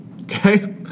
Okay